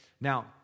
Now